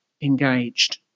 engaged